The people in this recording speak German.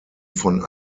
von